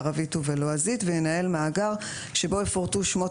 בערבית ובלועזית וינהל מאגר שבו יפורטו שמות